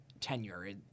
tenure